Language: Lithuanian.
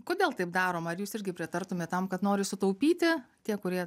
kodėl taip daroma ar jūs irgi pritartumėt tam kad nori sutaupyti tie kurie